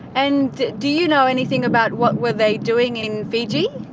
and do do you know anything about what were they doing in fiji?